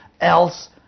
else